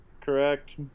Correct